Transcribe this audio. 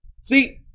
See